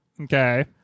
Okay